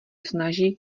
snaží